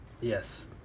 Yes